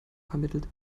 vermittelt